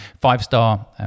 five-star